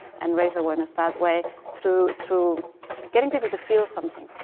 and raise awareness that way through through getting people to feel something.